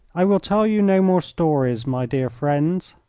i will tell you no more stories, my dear friends.